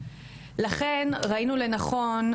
לכן ראינו לנכון,